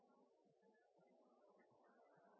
O.